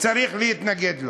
צריך להתנגד לו.